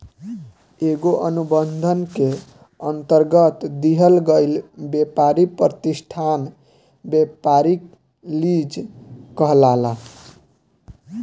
एगो अनुबंध के अंतरगत दिहल गईल ब्यपारी प्रतिष्ठान ब्यपारिक लीज कहलाला